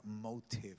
motive